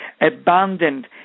abandoned